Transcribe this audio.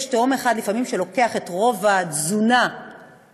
יש תאום אחד שלוקח את רוב התזונה של